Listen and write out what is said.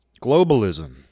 globalism